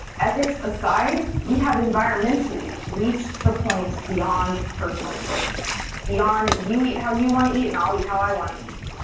ethics aside, we have environmentally reached the point beyond personal choice beyond you eat how you want to eat and i'll eat how i want to eat.